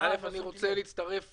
רוצה להצטרף